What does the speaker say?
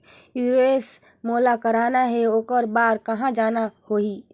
Insurance मोला कराना हे ओकर बार कहा जाना होही?